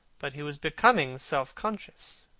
but he was becoming self-conscious.